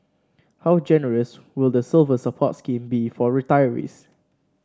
how generous will the Silver Support scheme be for retirees